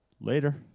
Later